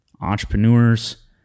entrepreneurs